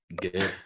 good